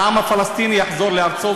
העם הפלסטיני יחזור לארצו,